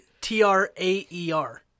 T-R-A-E-R